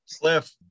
Cliff